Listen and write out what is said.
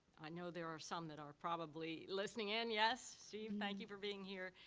i know there are some that are probably listening in. yes, steve, thank you for being here.